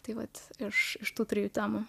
tai vat iš tų trijų temų